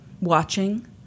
watching